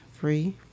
free